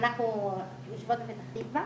אנחנו יושבות בפתח תקווה